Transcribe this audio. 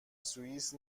سوئیس